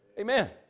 Amen